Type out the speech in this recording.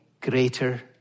greater